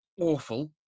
awful